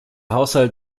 haushalt